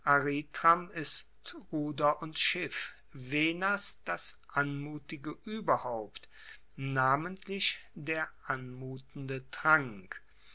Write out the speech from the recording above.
ruder und schiff venas das anmutige ueberhaupt namentlich der anmutende trank